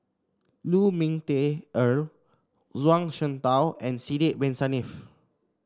Lu Ming Teh Earl Zhuang Shengtao and Sidek Bin Saniff